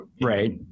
Right